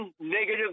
negative